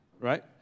right